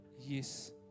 yes